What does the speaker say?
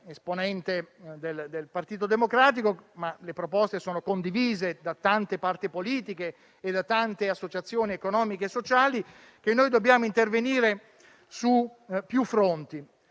esponente del Partito Democratico (ma queste proposte sono condivise da tante parti politiche e da tante associazioni economiche e sociali), che dobbiamo intervenire su più fronti,